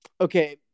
Okay